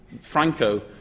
franco